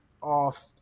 off